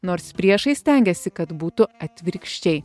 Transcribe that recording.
nors priešai stengiasi kad būtų atvirkščiai